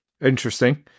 interesting